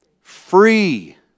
Free